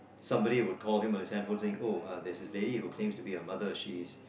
somebody would call him on his hand phone saying oh there's this lady who claims to be your mother she's